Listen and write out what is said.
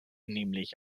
nämlich